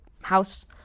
house